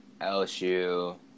LSU